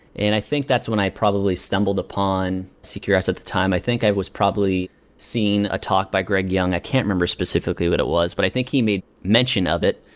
and i think that's when i probably stumbled upon cqrs at the time. i think i was probably seeing a talk by greg young. i can't remember specifically what it was, but i think he made mention of it.